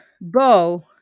Bo